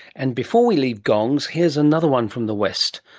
and before we leave gongs, here's another one from the west,